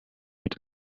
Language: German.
mit